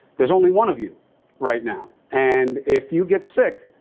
there's only one of you right now. and if you get sick,